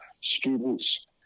students